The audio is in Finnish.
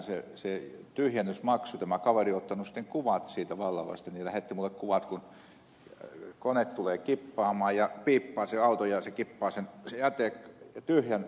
tämä kaveri on ottanut kuvat siitä varta vasten ja lähetti ne minulle kun kone tulee kippaamaan ja auto piippaa ja kippaa tyhjän jätekorin